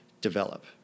develop